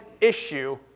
issue